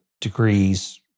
degrees